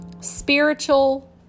spiritual